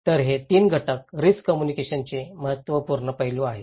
तर हे 3 घटक रिस्क कम्युनिकेशनचे महत्त्वपूर्ण पैलू आहेत